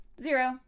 zero